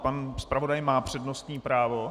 Pan zpravodaj má přednostní právo.